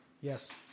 Yes